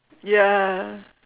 ya